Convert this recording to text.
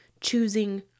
choosing